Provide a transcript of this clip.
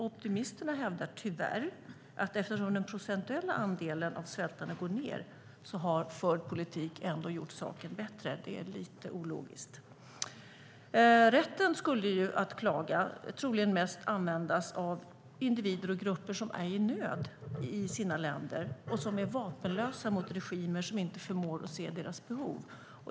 Optimisterna hävdar, tyvärr, att eftersom den procentuella andelen svältande minskar har förd politik ändå gjort saken bättre. Det är lite ologiskt. Rätten att klaga skulle troligen mest användas av individer och grupper som är i nöd och som är vapenlösa mot regimer som inte förmår se deras behov.